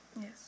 Yes